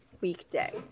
weekday